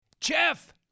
Jeff